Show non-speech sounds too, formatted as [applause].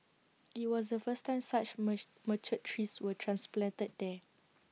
IT was the first time such [unintelligible] mature trees were transplanted there